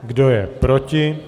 Kdo je proti?